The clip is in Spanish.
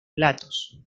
platos